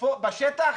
בשטח